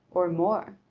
or more.